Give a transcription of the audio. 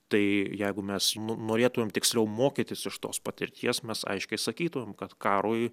tai jeigu mes no norėtumėm tiksliau mokytis iš tos patirties mes aiškiai sakytumėm kad karui